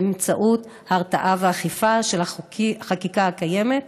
באמצעות הרתעה ואכיפה של החקיקה הקיימת